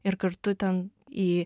ir kartu ten į